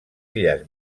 illes